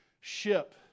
ship